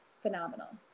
phenomenal